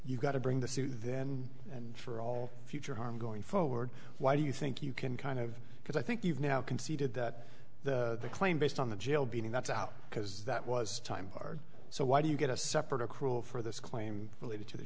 you got to bring the suit then and for all future harm going forward why do you think you can kind of because i think you've now conceded that the claim based on the jail being that's out because that was time so why do you get a separate accrual for this claim related to the